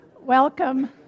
welcome